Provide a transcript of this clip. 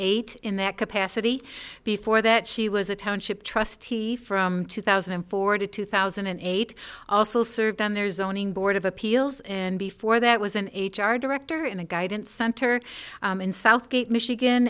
eight in that capacity before that she was a township trustee from two thousand and four to two thousand and eight also served on their zoning board of appeals and before that was an h r director and a guidance center in southgate michigan